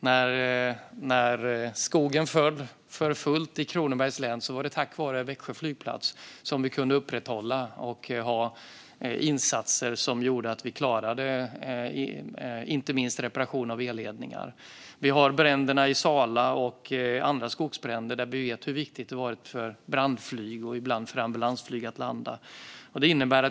När skogen föll i Kronobergs län var det tack vare Växjö flygplats som vi kunde upprätthålla insatser som klarade att utföra reparationer av inte minst elledningar. Det har vidare varit bränderna i Sala och andra skogsbränder där det har varit viktigt för brandflyg och ambulansflyg att landa.